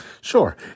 Sure